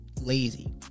lazy